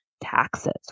taxes